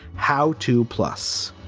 how to. plus.